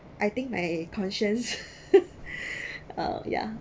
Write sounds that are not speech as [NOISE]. I think my conscience [LAUGHS] uh yeah